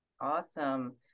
Awesome